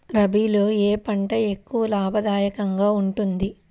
రబీలో ఏ పంట ఎక్కువ లాభదాయకంగా ఉంటుంది?